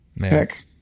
heck